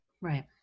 right